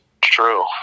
True